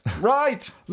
Right